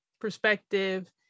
perspective